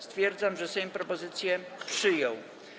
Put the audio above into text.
Stwierdzam, że Sejm propozycję przyjął.